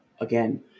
again